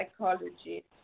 psychology